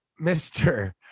Mr